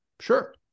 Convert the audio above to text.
sure